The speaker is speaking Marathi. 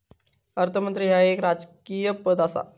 अर्थमंत्री ह्या एक राजकीय पद आसा